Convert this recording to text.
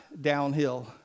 downhill